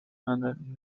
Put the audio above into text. and